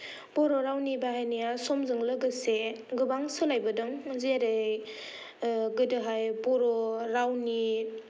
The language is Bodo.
बर' रावनि बाहायनाया समजों लोगोसे गोबां सोलायबोदों जेरै गोदोहाय बर' रावनि